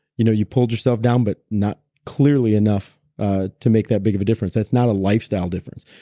you know you pulled yourself down, but not clearly enough to make that big of a difference. that's not a lifestyle difference.